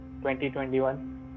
2021